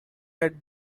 had